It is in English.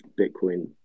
Bitcoin